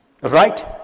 Right